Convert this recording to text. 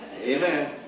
Amen